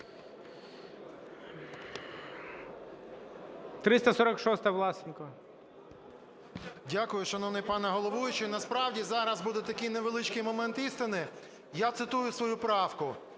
ВЛАСЕНКО С.В. Дякую, шановний пане головуючий. Насправді зараз буде такий невеличкий момент істини, я цитую свою правку.